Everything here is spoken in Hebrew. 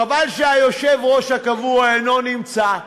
חבל שהיושב-ראש הקבוע אינו נמצא.